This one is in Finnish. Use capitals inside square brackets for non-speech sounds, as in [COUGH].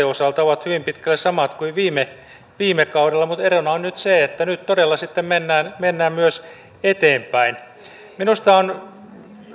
[UNINTELLIGIBLE] osalta ovat hyvin pitkälle samat kuin viime viime kaudella mutta erona on nyt se että nyt todella sitten mennään mennään myös eteenpäin minusta on